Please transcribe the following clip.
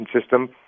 system